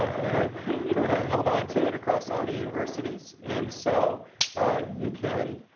and i held on to it across all the universities. and so you can